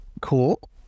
cool